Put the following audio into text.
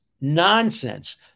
Nonsense